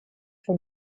for